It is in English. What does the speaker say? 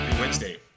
Wednesday